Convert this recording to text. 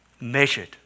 measured